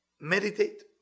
meditate